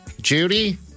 Judy